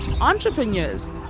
entrepreneurs